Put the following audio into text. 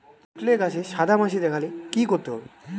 পটলে গাছে সাদা মাছি দেখালে কি করতে হবে?